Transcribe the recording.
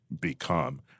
become